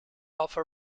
offer